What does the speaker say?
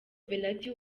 verratti